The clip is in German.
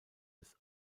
des